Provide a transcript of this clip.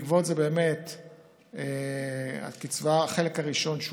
בעקבות זה החלק הראשון של